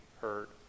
hurt